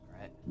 right